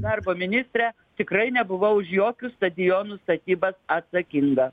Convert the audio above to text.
darbo ministre tikrai nebuvau už jokius stadionų statybas atsakinga